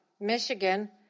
Michigan